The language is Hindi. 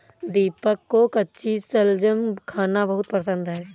दीपक को कच्ची शलजम खाना बहुत पसंद है